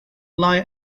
lie